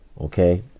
Okay